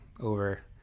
over